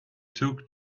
took